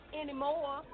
anymore